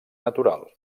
natural